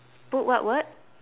put what word